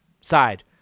side